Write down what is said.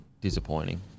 disappointing